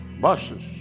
buses